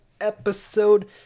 episode